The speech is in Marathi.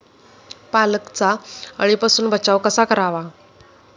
पालकचा अळीपासून बचाव कसा करावा?